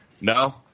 no